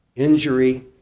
injury